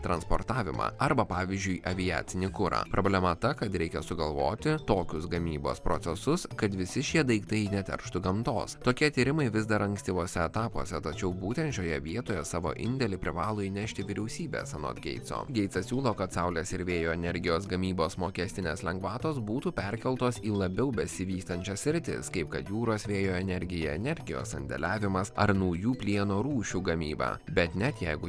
transportavimą arba pavyzdžiui aviacinį kurą problema ta kad reikia sugalvoti tokius gamybos procesus kad visi šie daiktai neterštų gamtos tokie tyrimai vis dar ankstyvuose etapuose tačiau būtent šioje vietoje savo indėlį privalo įnešti vyriausybės anot geitso geitsas siūlo kad saulės ir vėjo energijos gamybos mokestinės lengvatos būtų perkeltos į labiau besivystančias sritis kaip kad jūros vėjo energija energijos sandėliavimas ar naujų plieno rūšių gamyba bet net jeigu